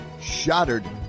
Shattered